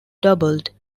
doubled